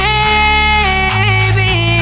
Baby